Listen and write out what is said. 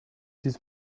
this